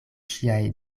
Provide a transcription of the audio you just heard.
ŝiaj